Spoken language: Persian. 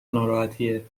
ناراحتیه